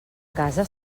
casa